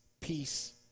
peace